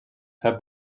have